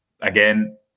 Again